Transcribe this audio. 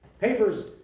papers